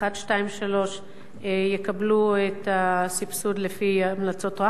3 יקבלו את הסבסוד לפי המלצות טרכטנברג?